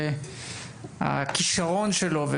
הכישרון שלו,